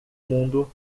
mundo